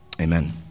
Amen